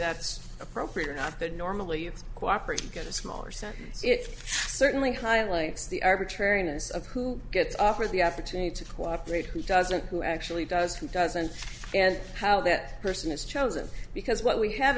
that's appropriate or not but normally it's cooperate you get a smaller sentence it certainly highlights the arbitrariness of who gets offered the opportunity to cooperate who doesn't who actually does who doesn't and how that person is chosen because what we have